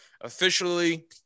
officially